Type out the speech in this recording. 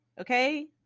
okay